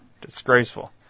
Disgraceful